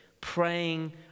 Praying